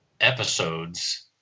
episodes